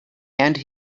and